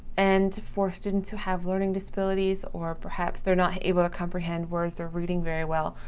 and for students who have learning disabilities or perhaps they're not able to comprehend words or reading very well,